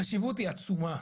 החשיבות היא עצומה,